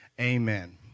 amen